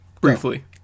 Briefly